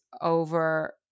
over